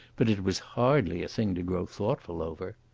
but it was hardly a thing to grow thoughtful over.